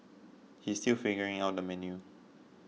he is still figuring out the menu